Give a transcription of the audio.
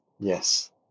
Yes